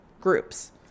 groups